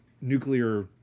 nuclear